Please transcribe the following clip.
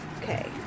Okay